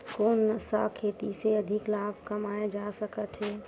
कोन सा खेती से अधिक लाभ कमाय जा सकत हे?